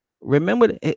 Remember